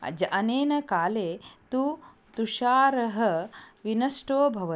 अज अनेन काले तु तुषारः विनष्टो भवति